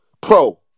pro